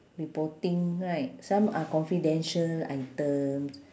reporting right some are confidential items